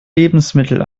lebensmittel